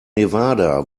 nevada